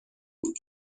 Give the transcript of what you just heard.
بود